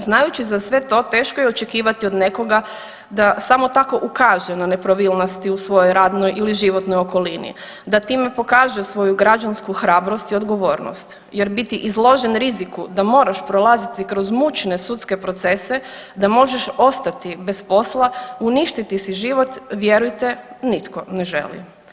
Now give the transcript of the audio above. Znajući za sve to teško je očekivati od nekoga da samo tako ukaže na nepravilnosti u svojoj radnoj ili životnoj okolini, da time pokaže svoju građansku hrabrost i odgovornost jer biti izložen riziku da moraš prolaziti kroz mučne sudske procese, da možeš ostati bez posla, uništiti si život vjerujte nitko ne želi.